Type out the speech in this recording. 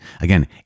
Again